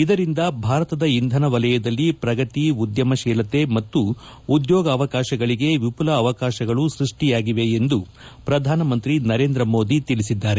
ಇದರಿಂದ ಭಾರತದ ಇಂಧನ ವಲಯದಲ್ಲಿ ಪ್ರಗತಿ ಉದ್ಲಮಶೀಲತೆ ಮತ್ತು ಉದ್ಲೋಗಾವಕಾಶಗಳಗೆ ವಿಘುಲ ಅವಕಾಶಗಳು ಸೃಷ್ಷಿಯಾಗಿವೆ ಎಂದು ಪ್ರಧಾನಮಂತ್ರಿ ನರೇಂದ್ರ ಮೋದಿ ತಿಳಿಸಿದ್ದಾರೆ